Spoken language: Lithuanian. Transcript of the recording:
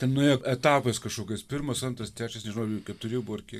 ten nuėjo etapais kažkokiais pirmas antras trečias nežinau jų keturi buvo ar kiek